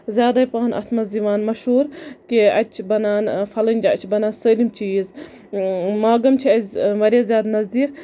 زیادٕے پَہم اَتھ منٛز یِوان مَشہوٗر کہِ اَتہِ چھِ بَنان فَلٲنۍ جایہِ چھِ بَنان سٲلِم چیٖز ماگَم چھُ اَسہِ واریاہ زیادٕ نَزدیٖک